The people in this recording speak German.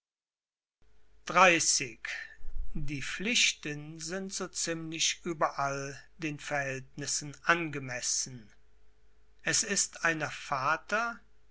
die pflichten sind so ziemlich überall den verhältnissen angemessen es ist einer vater